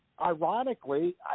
ironically